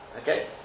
Okay